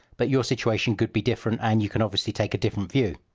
but your situation could be different and you can obviously take a different view.